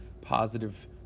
positive